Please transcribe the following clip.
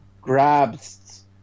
grabs